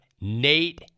Nate